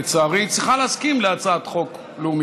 לצערי, צריכה להסכים להצעת חוק לאומית.